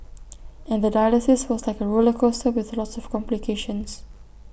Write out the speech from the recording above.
and the dialysis was like A roller coaster with lots of complications